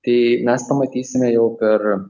tai mes pamatysime jau per